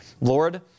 Lord